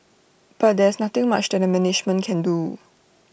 but there is nothing much that the management can do